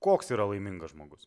koks yra laimingas žmogus